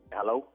Hello